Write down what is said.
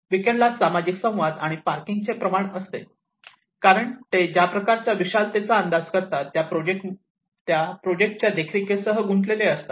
वीकेंडला सामाजिक संवाद आणि पार्किंगचे प्रमाण असते कारण ते ज्या प्रकारच्या विशालतेचा अंदाज करतात त्या प्रोजेक्ट च्या देखरेखीसह देखील गुंतलेले असतात